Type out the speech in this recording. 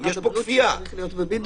משרד הבריאות שהוא צריך להיות בבידוד.